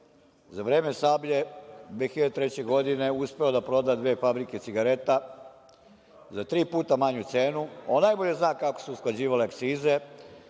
za vreme „Sablje“ 2003. godine uspeo da proda dve fabrike cigareta za tri putu manju cenu. On najbolje zna kako su se usklađivale akcize,